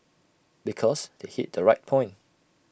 because they hit the right point